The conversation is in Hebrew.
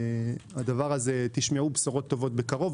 אתם תשמעו בשורות טובות בקרוב.